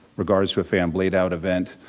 regards to a fan blade out event,